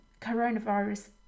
coronavirus